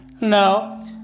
No